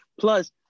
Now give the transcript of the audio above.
Plus